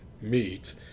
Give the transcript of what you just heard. meet